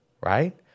right